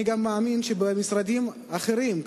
אני גם מאמין שבמשרדים אחרים,